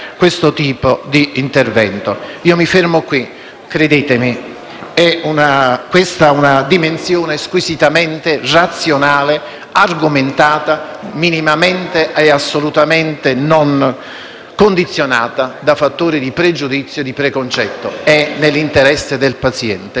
questa è una dimensione squisitamente razionale, argomentata, assolutamente non condizionata da fattori di pregiudizio e di preconcetto. È nell'interesse del paziente poter dar luogo a un trattamento che, solamente nella proporzionalità,